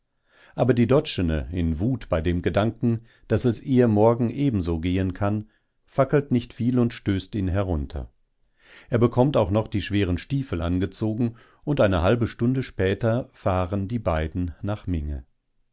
aber die doczene in wut bei dem gedanken daß es ihr morgen ebenso gehen kann fackelt nicht viel und stößt ihn herunter er bekommt auch noch die schweren stiefel angezogen und eine halbe stunde später fahren die beiden nach minge